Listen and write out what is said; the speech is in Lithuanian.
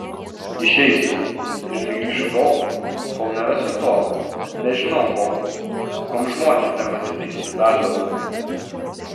išeisiu ir negrįšiu tol kol nerasiu to nežinau ko kuom žmonės nepasitiki dar labiau